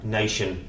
nation